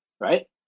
right